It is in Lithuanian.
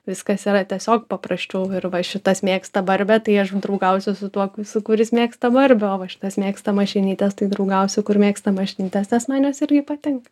viskas yra tiesiog paprasčiau ir va šitas mėgsta barbę tai aš draugausiu su tuo su kuris mėgsta barbę o va šitas mėgsta mašinytes tai draugausiu kur mėgsta mašinytes nes man jos irgi patinka